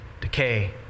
decay